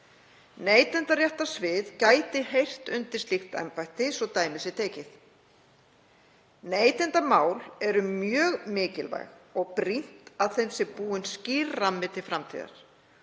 Neytendaréttarsvið gæti heyrt undir slíkt embætti svo dæmi sé tekið. Neytendamál eru mjög mikilvæg og brýnt að þeim sé búinn skýr rammi til framtíðar.